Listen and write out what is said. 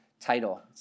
title